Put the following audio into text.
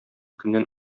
көннән